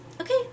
okay